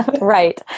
Right